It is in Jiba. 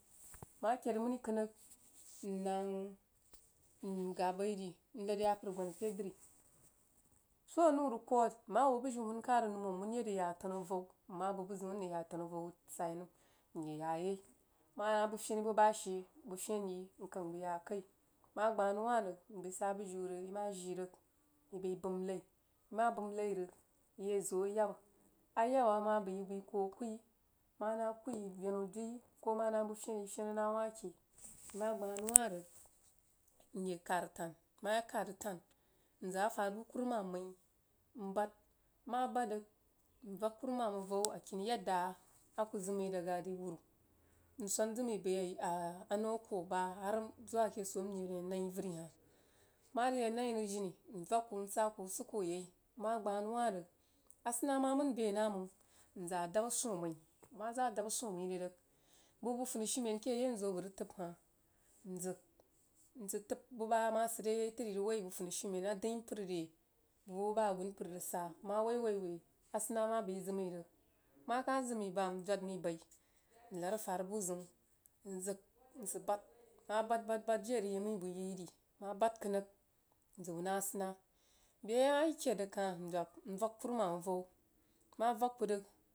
Nmah kəid aməni kəin rig mmi nang ghab bai ri nlad yapər ngban ake dri soh anəu rig kwah nmah hoo bujiu huun kah rig nmə ye rig yah afanu avau nmah bəg buzəu mrig yah a tanu avau sii nəm nye yaya yai manah buh femi buba she bəg fen yi mkang bəi yah kai, mah gbah nou wah rig nbəi sah bujiu lai rig yi yeh ziu ayaba ayaba ama bəi yi bəi kuuh akwui manah akui venu dai koh manah buh feni yi fen nali wahke yi mah gbah nou wah rig mye khar atan nmayak kad, rig taa mzəg afarbuh kuruman məi nbad mun bad rig nvak kuruman avou akini yadda a kuh zəg mai daga re wuru nswan zəg mai bəg ah anou a akwoh ba har zuwa ake swoh mrig yak nai veri hah nmah rig yak nai rig jini nvak kuh msah kuh wuhsikko yai mah gbah nou wah rig asənnah mah manəm bəi nah məg nzəg a dabbah swoh məi nma zəg a dabba swoh mai rig buh bəg funishume keh a yanzu bəg rig təb hah nzalg nsid təb buba mah sid are yai tri yi woi bəg dunishumen a dəingh npər re bəg bubah agunpər rig sah nmah woi woi woi a sənnah mah bəi zəg məi rig mah kah zəg mai bam zhod mai baih nlad afarbuh ziun nzəg nsid bəid nmah bəid bəid bəid jiri a rig yi məi buh yii ri mmah baid kəinrig nzəu naa asənnu bəa mah yi khaid rig koh mdag nvak kurumam avou mah vak kuh rig.